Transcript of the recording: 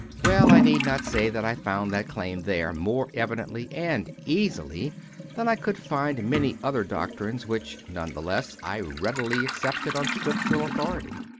well, i need not say that i found that claim there more evidently and easily than i could find many other doctrines which none the less i readily accepted on scriptural authority.